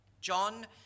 John